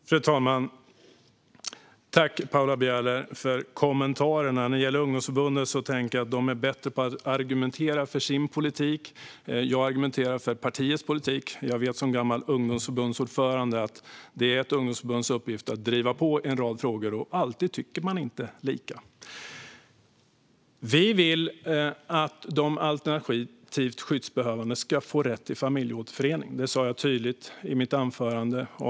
Fru talman! Tack, Paula Bieler, för kommentarerna! När det gäller ungdomsförbundet tänker jag att de är bättre på att argumentera för sin politik. Jag argumenterar för partiets politik. Jag vet som gammal ungdomsförbundsordförande att ett ungdomsförbunds uppgift är att driva på i en rad frågor. Det är inte alltid man tycker lika. Vi vill att de alternativt skyddsbehövande ska få rätt till familjeåterförening. Det sa jag tydligt i mitt anförande.